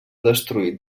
destruït